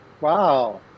Wow